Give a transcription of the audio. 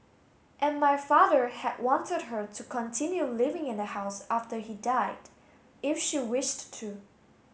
and my father had wanted her to continue living in the house after he died if she wished to